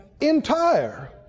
entire